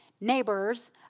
neighbors